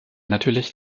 natürlich